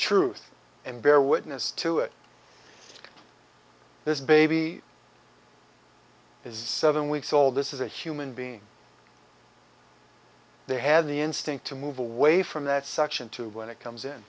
truth and bear witness to it this baby is seven weeks old this is a human being they had the instinct to move away from that section two when it comes in